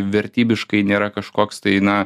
vertybiškai nėra kažkoks tai na